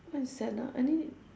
what is that ah I think